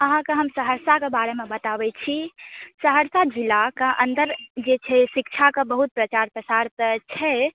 अहाँकेँ हम सहरसाके बारेमे बताबैत छी सहरसा जिलाके अन्दर जे छै शिक्षाके बहुत प्रचार प्रसार तऽ छै